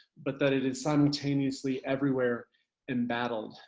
but that it is simultaneously everywhere embattled.